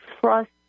trust